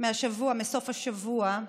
מסוף השבוע,